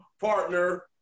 partner